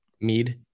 mead